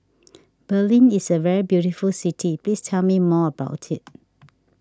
Berlin is a very beautiful city please tell me more about it